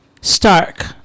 stark